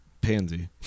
pansy